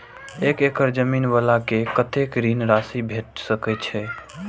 एक एकड़ जमीन वाला के कतेक ऋण राशि भेट सकै छै?